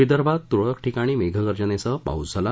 विदर्भात् तूरळक ठिकाणी मेघगर्जनेसह पाऊस पडला